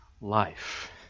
life